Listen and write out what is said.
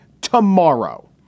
tomorrow